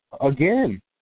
Again